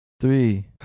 three